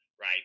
right